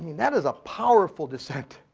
that was a powerful dissent.